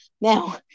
Now